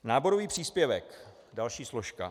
Náborový příspěvek, další složka.